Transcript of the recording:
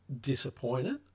disappointed